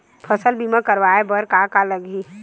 फसल बीमा करवाय बर का का लगही?